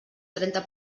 trenta